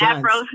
Afro